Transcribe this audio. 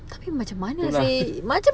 tu lah